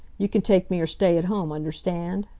you can take me, or stay at home, understand?